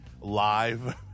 live